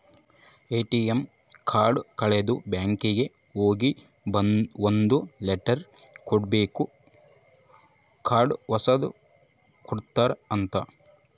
ATM card ಕಳುದ್ರೆ ಬ್ಯಾಂಕಿಗೆ ಹೋಗಿ ಒಂದ್ ಲೆಟರ್ ಕೊಡ್ಬೇಕು ಕಾರ್ಡ್ ಹೊಸದ ಕೊಡ್ರಿ ಅಂತ